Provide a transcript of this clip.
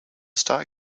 start